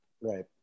Right